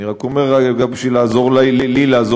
אני רק אומר בשביל לעזור לכם.